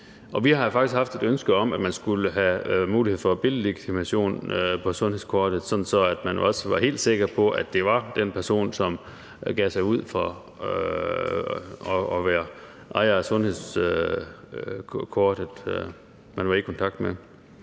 faktisk haft et ønske om, at man skulle have mulighed for billedlegitimation på sundhedskortet, sådan at man også var helt sikker på, at det var den person, der gav sig ud for at være ejer af sundhedskortet,